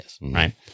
right